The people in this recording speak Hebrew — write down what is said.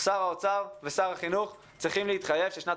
שר האוצר ושר החינוך צריכים להתחייב ששנת